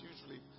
usually